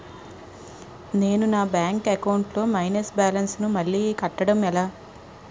నేను నా bank account లొ మైనస్ బాలన్స్ ను మళ్ళీ కట్టడం ఎలా?